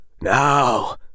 Now